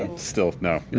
and still, no.